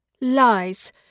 Lies